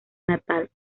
natal